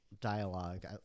dialogue